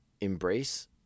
embrace